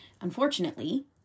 Unfortunately